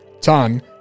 Ton